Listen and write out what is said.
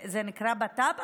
זה נקרא בט"פ עכשיו,